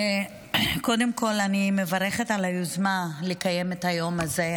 קודם כול, אני מברכת על היוזמה לקיים את היום הזה.